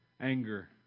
Anger